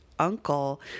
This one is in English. uncle